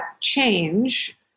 change